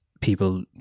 people